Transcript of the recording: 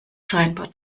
scheinbar